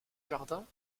jardin